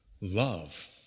love